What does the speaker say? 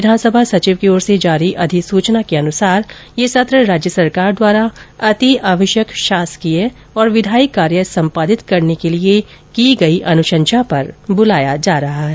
विधानसभा सचिव की ओर से जारी एक अधिसूचना के मुताबिक यह सत्र राज्य सरकार द्वारा अतिआवश्यक शासकीय और विधायी कार्य संपादित करने के लिए की गई अनुशंषा पर बुलाया गया है